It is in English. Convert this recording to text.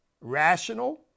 rational